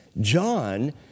John